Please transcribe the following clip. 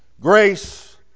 Grace